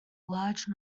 large